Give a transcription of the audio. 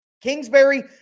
Kingsbury